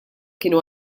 kienu